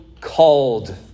called